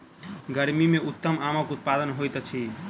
गर्मी मे उत्तम आमक उत्पादन होइत अछि